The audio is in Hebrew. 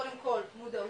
קודם כל מודעות,